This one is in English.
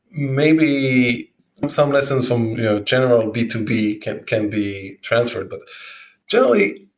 maybe some lesson from general b two b can can be transferred. but generally,